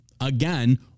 again